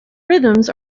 rhythms